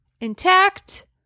intact